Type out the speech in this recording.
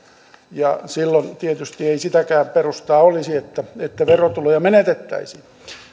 ja silloin tietysti ei sitäkään perustaa olisi että verotuloja menetettäisiin